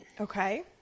okay